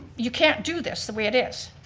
you can't do this the way it is.